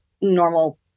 normal